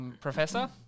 Professor